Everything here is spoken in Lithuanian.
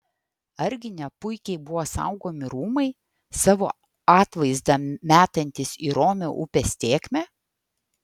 argi ne puikiai buvo saugomi rūmai savo atvaizdą metantys į romią upės tėkmę